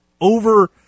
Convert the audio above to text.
over